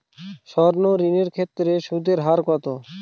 সর্ণ ঋণ এর ক্ষেত্রে সুদ এর হার কত?